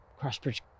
Crossbridge